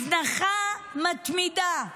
הזנחה מתמידה,